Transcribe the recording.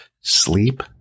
sleep